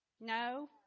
No